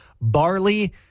barley